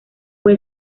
fue